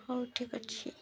ହଉ ଠିକ୍ ଅଛି